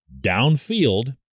downfield